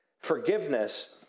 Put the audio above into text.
Forgiveness